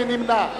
מי נמנע?